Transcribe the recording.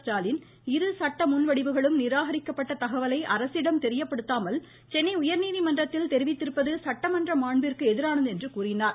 ஸ்டாலின் இரு சட்ட முன்வடிவுகளும் நிராகரிக்கப்பட்ட தகவலை அரசிடம் தெரியப்படுத்தாமல் சென்னை உயா்நீதிமன்றத்தில் தெரிவித்திருப்பது சட்டமன்ற மான்பிற்கு எதிரானது என்றார்